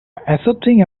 accepting